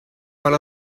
all